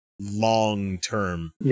long-term